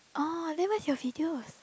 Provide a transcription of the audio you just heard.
oh then where's your videos